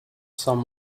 some